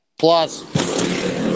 Plus